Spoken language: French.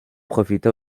profita